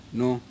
no